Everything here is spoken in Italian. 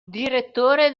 direttore